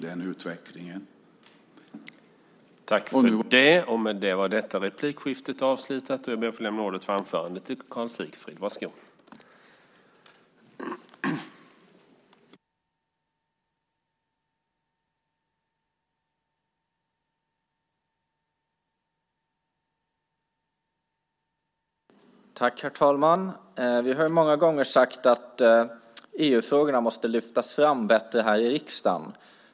Den utvecklingen är högst osannolik.